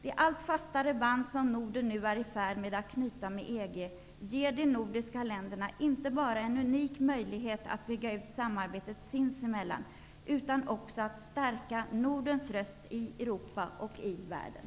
De allt fastare band som Norden nu är i färd med att knyta med EG ger de nordiska länderna en unik möjlighet att inte bara bygga ut samarbetet sinsemellan utan också stärka Nordens röst i Europa och i världen.